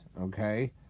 okay